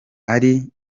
ari